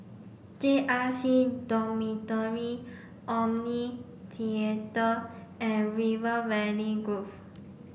J R C Dormitory Omni Theatre and River Valley Grove